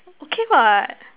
okay what